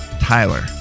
Tyler